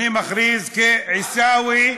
אני מכריז כעיסאווי,